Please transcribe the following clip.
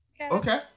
Okay